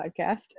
podcast